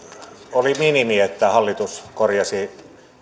oli minimi että hallitus korjasi